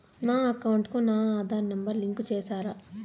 నా అకౌంట్ కు నా ఆధార్ నెంబర్ లింకు చేసారా